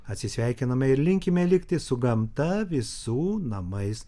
atsisveikiname ir linkime likti su gamta visų namais